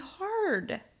hard